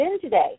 today